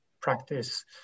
practice